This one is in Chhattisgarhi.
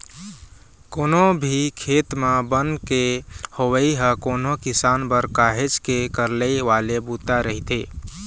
कोनो भी खेत म बन के होवई ह कोनो किसान बर काहेच के करलई वाले बूता रहिथे